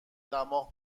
دماغ